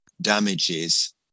damages